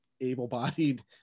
able-bodied